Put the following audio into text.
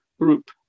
group